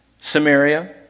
Samaria